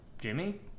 jimmy